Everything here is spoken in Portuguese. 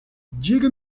diga